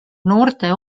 noorte